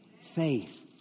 Faith